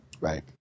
Right